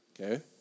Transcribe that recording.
Okay